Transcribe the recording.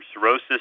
Cirrhosis